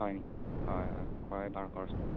হয় নেকি হয় হয় পৰে বাৰু খৰচটো